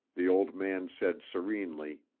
the old man said serenely,